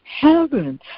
Heaven